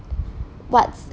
what's